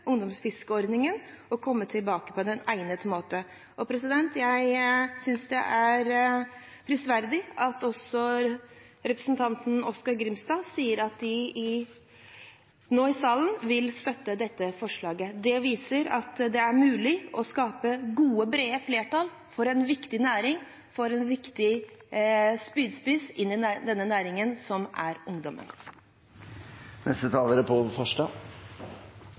ungdomsfiskeordningen og komme tilbake på egnet måte. Jeg synes det er prisverdig at også representanten Oskar J. Grimstad sier at de nå i salen vil støtte dette forslaget. Det viser at det er mulig å skape gode, brede flertall for en viktig næring, for en viktig spydspiss inn i denne næringen, som er